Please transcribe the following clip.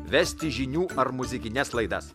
vesti žinių ar muzikines laidas